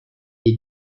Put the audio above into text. des